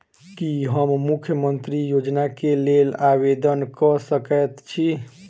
की हम मुख्यमंत्री योजना केँ लेल आवेदन कऽ सकैत छी?